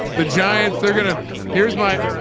the giants they're gonna here's. my,